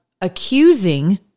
accusing